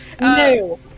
No